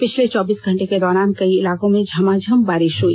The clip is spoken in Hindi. पिछले चौबीस घंटे के दौरान कई इलाकों में झमाझम बारिष हई